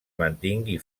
mantingui